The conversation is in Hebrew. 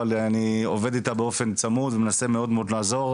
אבל אני עובד איתה באופן צמוד ומנסה מאוד לעזור.